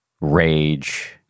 rage